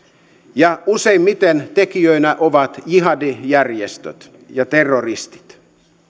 ja useimmiten tekijöinä ovat jihadistijärjestöt ja terroristit